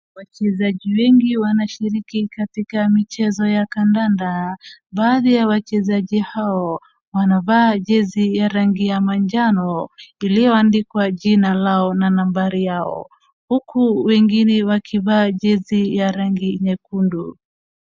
Wachezaji wengi wanashiriki katika michezo ya kandanda, baadhi ya wachezaji hao wanavaa jezi ya rangi ya manjano iliyoandikwa jina lao na nambari lao huku wengine wakivaa jezi ya rangi nyekundu.